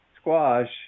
squash